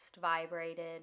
vibrated